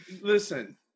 listen